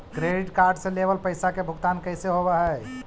Credit card से लेवल पैसा के भुगतान कैसे होव हइ?